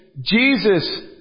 Jesus